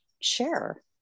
share